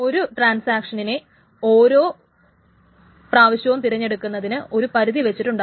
ഒരു ട്രാൻസാക്ഷനിനെ ഓരോ പ്രാവശ്യവും തിരഞ്ഞെടുക്കുന്നതിന് ഒരു പരിധി വെച്ചിട്ടുണ്ടാകും